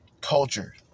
culture